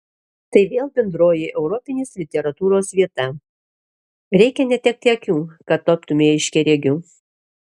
tai vėl bendroji europinės literatūros vieta reikia netekti akių kad taptumei aiškiaregiu